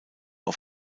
auf